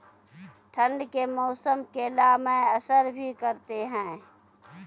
ठंड के मौसम केला मैं असर भी करते हैं?